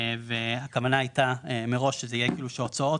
והכוונה הייתה מראש שזה יהיה כאילו שההוצאות